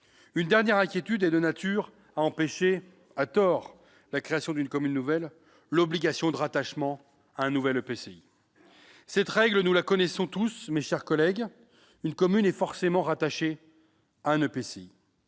Une dernière inquiétude est de nature à empêcher- à tort -la création d'une commune nouvelle : l'obligation de rattachement à un EPCI. Cette règle, nous la connaissons tous, mes chers collègues : une commune est forcément rattachée à un EPCI.